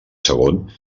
segon